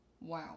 Wow